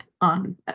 on